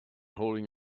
holding